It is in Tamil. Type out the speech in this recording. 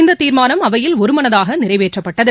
இந்த தீர்மானம் அவையில் ஒருமனதாக நிறைவேற்றப்பட்டது